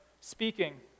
speaking